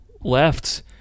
left